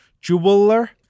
jeweler